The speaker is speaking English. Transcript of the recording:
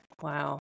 Wow